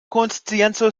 konscienco